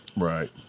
Right